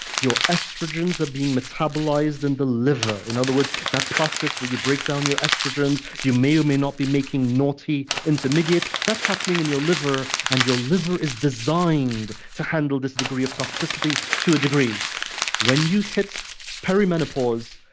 your estrogens are being metabolized in the liver. in other words, that process where you break down your estrogens, you may or may not be making naughty intermediates. that's happening in your liver, and your liver is designed to handle this degree of toxicity, to a degree when you hit perimenopause,